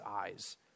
eyes